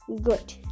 Good